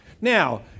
Now